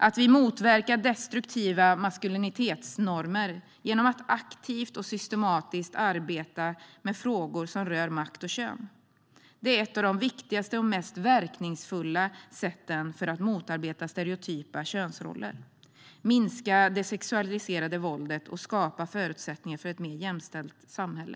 Vi vill motverka destruktiva maskulinitetsnormer genom att aktivt och systematiskt arbeta med frågor som rör makt och kön. Det är ett av de viktigaste och mest verkningsfulla sätten för att motarbeta stereotypa könsroller, minska det sexualiserade våldet och skapa förutsättningar för ett mer jämställt samhälle.